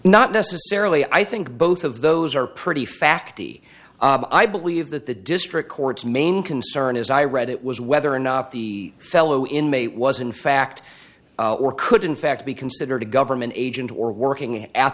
not necessarily i think both of those are pretty facty i believe that the district court's main concern as i read it was whether or not the fellow inmate was in fact or could in fact be considered a government agent or working at